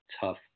tough